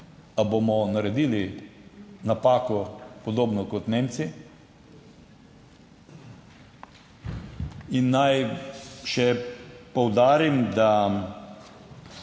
bomo naredili napako, podobno kot Nemci? In naj še poudarim, da